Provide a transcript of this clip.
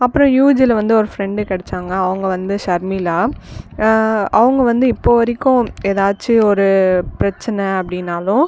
அப்புறம் யூஜியில் வந்து ஒரு ஃப்ரெண்டு கிடச்சாங்க அவங்க வந்து ஷர்மிளா அவங்க வந்து இப்போ வரைக்கும் ஏதாச்சு ஒரு பிரச்சனை அப்படின்னாலும்